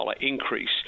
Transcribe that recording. increase